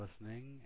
listening